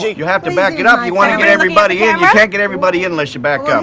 you have to back it up, you wanna get everybody in. you can't get everybody in unless you back um